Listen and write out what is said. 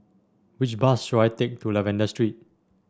which bus should I take to Lavender Street